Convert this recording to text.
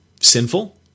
sinful